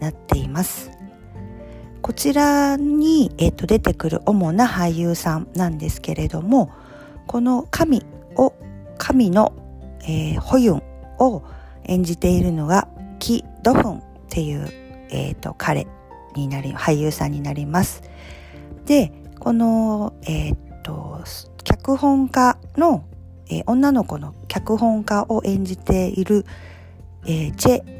なっています。こちらに、えっと、出てくる主な俳優さんなんですけれども、この神を、神の、えー、ホユンを演じているのがキ・ドフンっていう、えーと、彼になり、俳優さんになります。で、この、えーと、脚本家の、えー、女の子の脚本家を演じている、えー、チェ